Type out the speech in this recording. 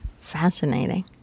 fascinating